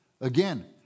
again